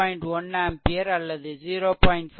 1 ampere அல்லது 0